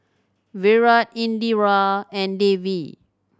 Virat Indira and Devi